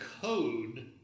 code